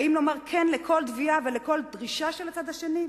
האם נאמר כן לכל תביעה ולכל דרישה של הצד השני?